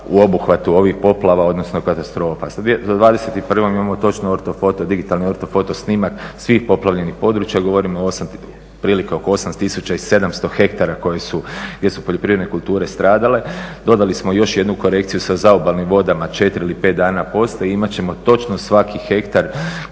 točno ortofoto, digitalni ortofoto snimak svih poplavljenih područja, govorimo otprilike oko 8 tisuća i 700 hektara gdje su poljoprivredne kulture stradale, dodali smo još jednu korekciju sa zaobalnim vodama 4 ili 5 dana poslije i imati ćemo točno svaki hektar